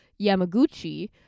Yamaguchi